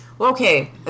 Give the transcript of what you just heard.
Okay